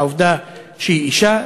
בשל העובדה שהיא אישה,